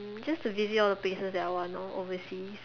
um just to visit all the place that I want orh oversea